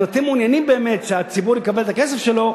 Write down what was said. אם אתם מעוניינים באמת שהציבור יקבל את הכסף שלו,